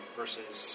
versus